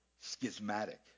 schismatic